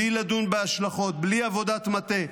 בלי לדון בהשלכות, בלי עבודת מטה?